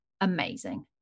amazing